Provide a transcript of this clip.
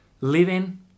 living